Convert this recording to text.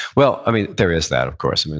well, there is that, of course, and